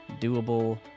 doable